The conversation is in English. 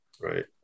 Right